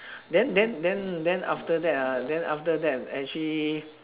then then then then after that ah then after that actually